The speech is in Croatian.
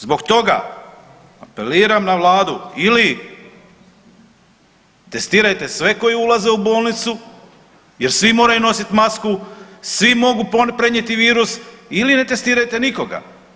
Zbog toga apeliram na vladu ili testirajte sve koji ulaze u bolnicu jer svi moraju nosit masku, svi mogu prenijeti virus ili ne testirajte nikoga.